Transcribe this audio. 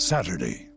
Saturday